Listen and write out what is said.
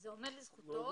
זה עומד לזכותו.